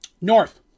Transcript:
North